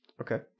Okay